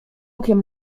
okiem